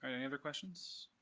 and any other questions?